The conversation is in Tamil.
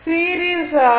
series R